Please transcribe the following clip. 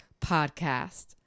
podcast